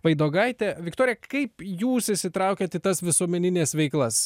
vaidogaitė viktorija kaip jūs įsitraukėt į tas visuomenines veiklas